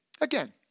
Again